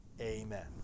Amen